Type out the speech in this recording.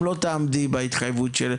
אם לא תעמדי בהתחייבות?